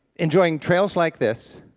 enjoying trails like this,